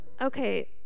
Okay